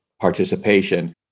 participation